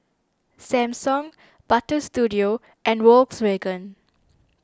Samsung Butter Studio and Volkswagen